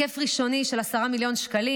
בהיקף ראשוני של 10 מיליון שקלים.